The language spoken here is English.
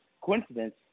coincidence